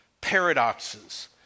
paradoxes